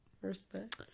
Respect